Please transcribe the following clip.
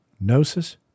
Gnosis